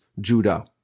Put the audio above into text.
Judah